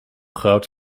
groot